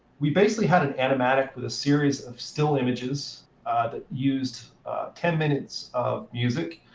we basically had an animatic with a series of still images that used ten minutes of music.